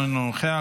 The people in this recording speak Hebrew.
אינו נוכח,